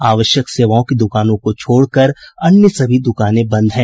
आवश्यक सेवाओं की दुकानों को छोड़कर अन्य सभी दुकानें बंद हैं